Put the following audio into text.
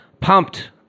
pumped